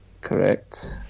Correct